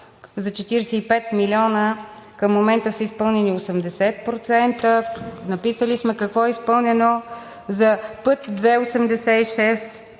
за 45 милиона към момента са изпълнени 80%, написали сме какво е изпълнено, за път II-86